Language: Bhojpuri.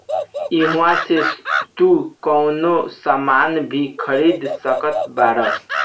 इहवा से तू कवनो सामान भी खरीद सकत बारअ